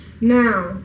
now